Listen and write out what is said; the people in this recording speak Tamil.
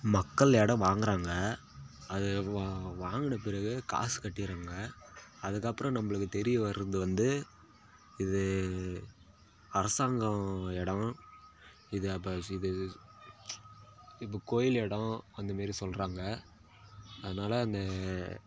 மக்கள் இடம் வாங்கிறாங்க அது வா வாங்கின பிறகு காசு கட்டிடுறாங்க அதுக்கப்புறம் நம்மளுக்கு தெரிய வர்றது வந்து இது அரசாங்கம் இடம் இது அப்போ இப்போ கோவில் இடம் அந்தமாரி சொல்கிறாங்க அதனால அந்த